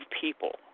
people